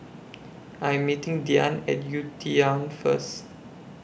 I Am meeting Dyan At UTown First